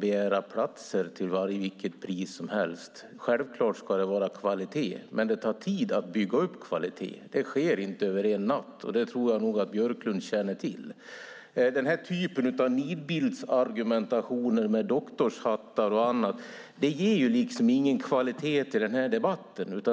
begära platser till vilket pris som helst. Självklart ska det vara kvalitet, men det tar tid att bygga upp kvalitet. Det sker inte över en natt. Det tror jag nog att Björklund känner till. Den här typen av nidbildsargumentation om doktorshattar och annat ger liksom inte den här debatten någon kvalitet.